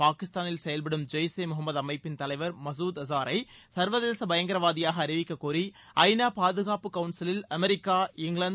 பாகிஸ்தாளில் செயல்படும் ஜெய் இ முகமது அமைப்பின் தலைவர் மசூத் அஸாரை சர்வதேச பயங்கரவாதியாக அறிவிக்கக்கோரி ஐ நா பாதுகாப்பு கவுன்சில் அமெரிக்கா இங்கிவாந்து